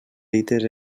dites